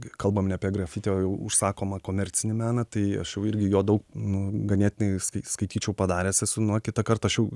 kalbam ne apie grafiti o jau užsakomą komercinį meną tai aš jau irgi jo daug nu ganėtinai skai skaityčiau padaręs esu nu kitą kartą aš jau